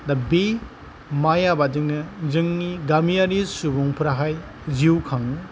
दा बे माइ आबादजोंनो जोंनि गामियारि सुबुंफोराहाय जिउ खाङो